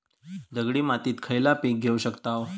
दगडी मातीत खयला पीक घेव शकताव?